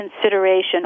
consideration